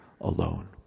alone